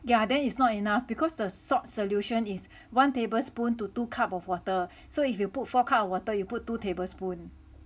ya then it's not enough because the salt solution is one tablespoon to two cup of water so if you put four cup of water you put two tablespoon